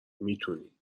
میتونی